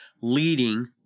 leading